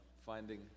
finding